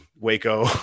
Waco